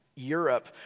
Europe